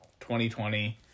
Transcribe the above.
2020